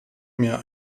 mehr